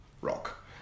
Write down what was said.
rock